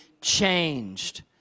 changed